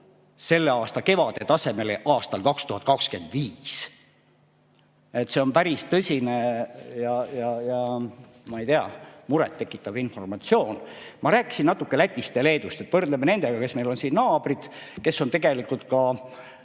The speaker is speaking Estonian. selle aasta kevade tasemele aastal 2025. See on päris tõsine ja, ma ei tea, murettekitav informatsioon. Ma rääkisin natuke Lätist ja Leedust. Võrdleme ennast nendega, kes on meie naabrid, kes on tegelikult ka